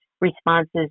responses